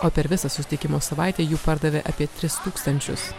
o per visą susitikimo savaitę jų pardavė apie tris tūkstančius